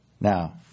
Now